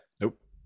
Nope